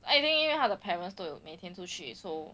anyway 的 parents 都有每天出去 so